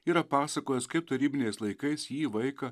yra pasakojęs kaip tarybiniais laikais jį vaiką